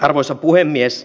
arvoisa puhemies